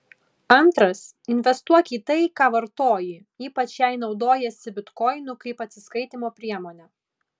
antras investuok į tai ką vartoji ypač jei naudojiesi bitkoinu kaip atsiskaitymo priemone